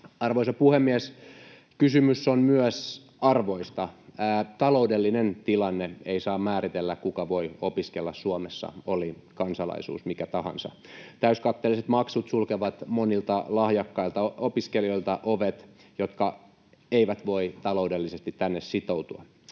Arvoisa puhemies! Kysymys on myös arvoista. Taloudellinen tilanne ei saa määritellä, kuka voi opiskella Suomessa, oli kansalaisuus mikä tahansa. Täyskatteelliset maksut sulkevat ovet monilta lahjakkailta opiskelijoilta, jotka eivät voi taloudellisesti tänne sitoutua.